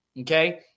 Okay